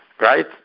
Right